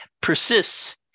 persists